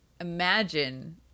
imagine